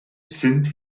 sind